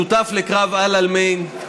שותף לקרב אל-עלמיין,